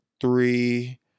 three